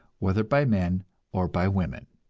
whether by men or by women.